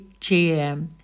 GM